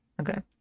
Okay